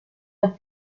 los